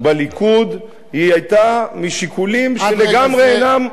בליכוד היתה משיקולים שלגמרי אינם,